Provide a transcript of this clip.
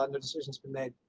um the decision's been made.